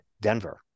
Denver